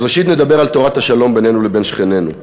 אז ראשית נדבר על תורת השלום בינינו לבין שכנינו.